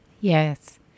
Yes